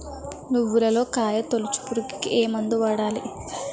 నువ్వులలో కాయ తోలుచు పురుగుకి ఏ మందు వాడాలి?